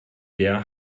der